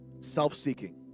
Self-seeking